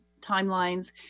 timelines